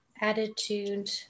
attitude